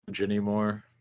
anymore